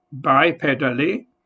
bipedally